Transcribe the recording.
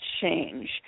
change